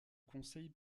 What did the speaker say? conseil